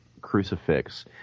crucifix